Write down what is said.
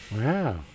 Wow